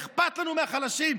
אכפת לנו מהחלשים.